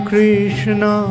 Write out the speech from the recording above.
Krishna